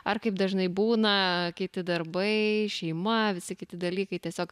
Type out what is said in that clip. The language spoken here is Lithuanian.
ar kaip dažnai būna kiti darbai šeima visi kiti dalykai tiesiog